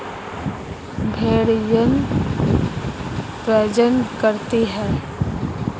भेड़ यौन प्रजनन करती है